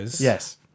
Yes